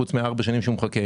חוץ מארבע שנים שהוא מחכה,